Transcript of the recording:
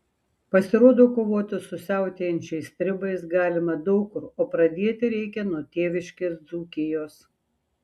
pasirodo kovoti su siautėjančiais stribais galima daug kur o pradėti reikia nuo tėviškės dzūkijos